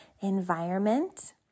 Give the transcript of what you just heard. environment